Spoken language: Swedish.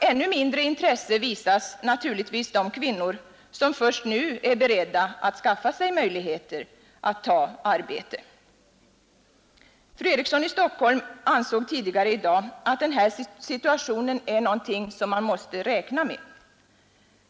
Ännu mindre intresse visas naturligtvis de kvinnor som först nu är beredda att skaffa sig möjligheter att ta arbete. Fru Eriksson i Stockholm ansåg tidigare i dag att denna situation är någonting man måste räkna med.